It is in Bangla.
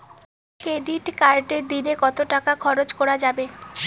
ক্রেডিট কার্ডে দিনে কত টাকা খরচ করা যাবে?